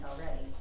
already